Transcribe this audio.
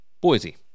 Boise